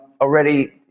Already